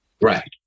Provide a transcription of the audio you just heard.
Right